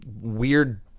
weird